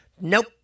nope